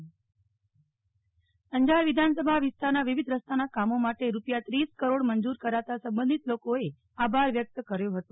નેહ્લ ઠક્કર અંજાર ગ્રામ સડક યોજના અંજાર વિધાનસભા વિસ્તારના વિવિધ રસ્તાના કામો માટે રૂપિયા ત્રીસ કરોડ મંજૂર કરાતાં સંબંધિત લોકોએ આભાર વ્યક્ત કર્યો હતો